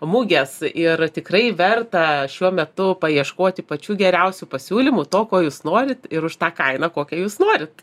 mugės ir tikrai verta šiuo metu paieškoti pačių geriausių pasiūlymų to ko jūs norit ir už tą kainą kokią jūs norit